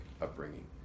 upbringing